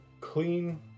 clean